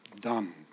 done